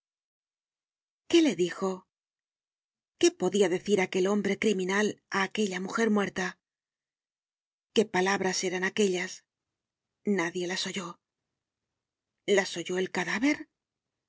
qué le dijo qué podia decir aquel hombre criminal á aquella mujer muerta qué palabras eran aquellas nadie las oyó las oyó el cadáver